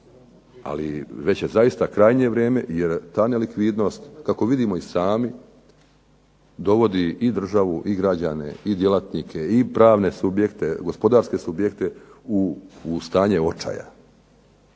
ali već je zaista krajnje vrijeme jer ta nelikvidnost, kako vidimo i sami, dovodi i državu i građane i djelatnike i pravne subjekte, gospodarske subjekte u stanje očaja,